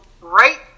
right